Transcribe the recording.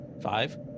Five